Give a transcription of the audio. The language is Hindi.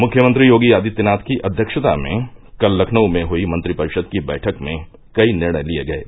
मुख्यमंत्री योगी आदित्यनाथ की अध्यक्षता में कल लखनऊ में हुई मंत्रिपरिषद की बैठक में कई निर्णय लिये गये